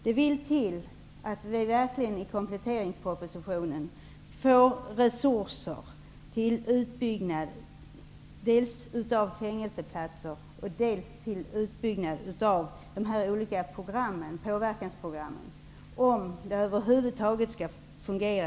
Det vill till att vi i kompletteringspropositionen får förslag till resurser till utbyggnad dels av antalet fängelseplatser, dels av de olika påverkansprogrammen, om kriminalvården över huvud taget skall fungera.